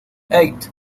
eight